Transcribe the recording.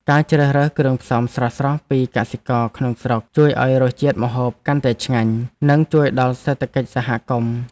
ការជ្រើសរើសគ្រឿងផ្សំស្រស់ៗពីកសិករក្នុងស្រុកជួយឱ្យរសជាតិម្ហូបកាន់តែឆ្ងាញ់ និងជួយដល់សេដ្ឋកិច្ចសហគមន៍។